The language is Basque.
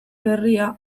berria